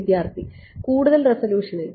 വിദ്യാർത്ഥി കൂടുതൽ റെസല്യൂഷനിൽ